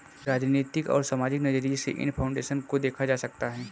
राजनीतिक और सामाजिक नज़रिये से इन फाउन्डेशन को देखा जा सकता है